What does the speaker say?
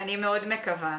אני מאוד מקווה.